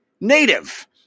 Native